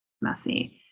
messy